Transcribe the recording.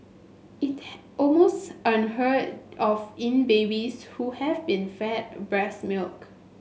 almost unheard of in babies who have been fed breast milk